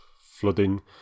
flooding